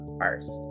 first